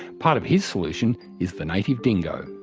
part of his solution is the native dingo.